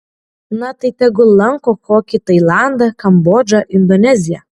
na tai tegul lanko kokį tailandą kambodžą indoneziją